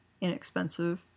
inexpensive